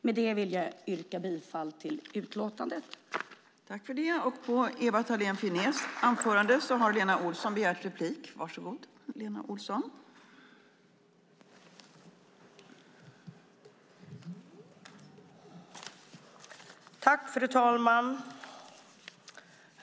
Med detta vill jag yrka bifall till utskottets förslag i utlåtandet.